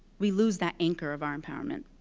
we lose that anchor of our empowerment.